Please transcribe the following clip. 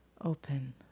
open